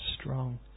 strong